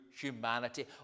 humanity